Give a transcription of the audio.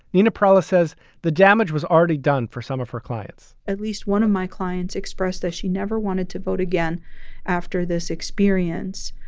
nina perella says the damage was already done for some of her clients at least one of my clients expressed that she never wanted to vote again after this experience,